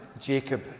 Jacob